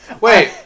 Wait